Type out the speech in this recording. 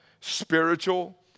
spiritual